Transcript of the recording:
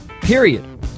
period